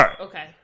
Okay